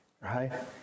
right